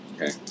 Okay